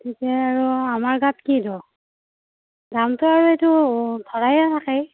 গতিকে আৰু আমাৰ গাত কি দোষ দামটো আৰু এইটো ধৰায়েই থাকে